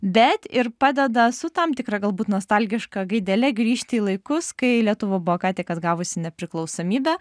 bet ir padeda su tam tikra galbūt nostalgiška gaidele grįžti į laikus kai lietuva buvo ką tik atgavusi nepriklausomybę